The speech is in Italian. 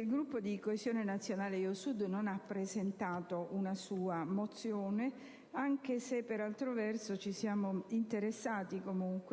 il Gruppo di Coesione Nazionale-Io Sud non ha presentato una sua mozione, anche se ci siamo interessati